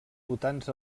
votants